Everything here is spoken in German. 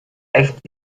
echt